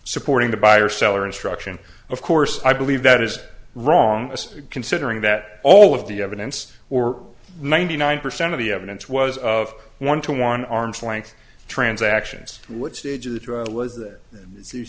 supporting the buyer seller instruction of course i believe that is wrong considering that all of the evidence or ninety nine percent of the evidence was of one to one arm's length transactions what stage of the trial is that